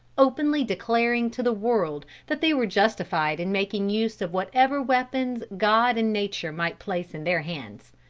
openly declaring to the world that they were justified in making use of whatever weapons god and nature might place in their hands.